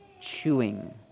chewing